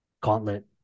gauntlet